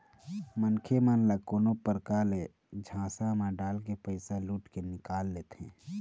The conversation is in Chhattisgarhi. मनखे मन ल कोनो परकार ले झांसा म डालके पइसा लुट के निकाल लेथें